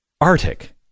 Arctic